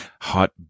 hot